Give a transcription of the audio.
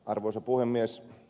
arvoisa puhemies